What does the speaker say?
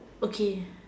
okay